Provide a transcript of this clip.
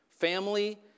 family